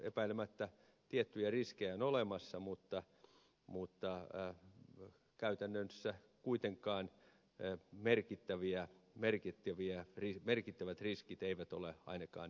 epäilemättä tiettyjä riskejä on olemassa mutta käytännössä kuitenkaan ainakaan merkittävät riskit eivät ole realisoituneet